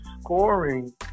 scoring